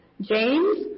James